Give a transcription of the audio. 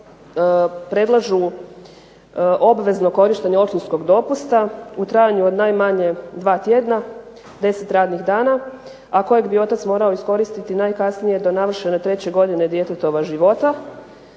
tako predlažu obvezno korištenje očinskog dopusta u trajanju od najmanje 2 tjedna, 10 radnih dana, a koje bi otac morao iskoristiti najkasnije do navršene treće godine djetetova života.